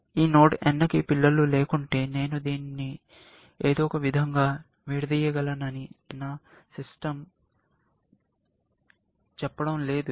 ఈ node n కి పిల్లలు లేకుంటే నేను దీన్ని ఏదో ఒక విధంగా విడదీయగలనని నా సిస్టమ్ నాకు చెప్పడం లేదు